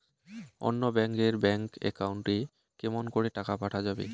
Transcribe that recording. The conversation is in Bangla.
অন্য ব্যাংক এর ব্যাংক একাউন্ট এ কেমন করে টাকা পাঠা যাবে?